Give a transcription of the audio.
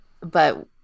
but-